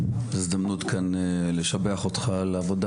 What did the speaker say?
זו הזדמנות כאן לשבח אותך על עבודה